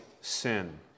sin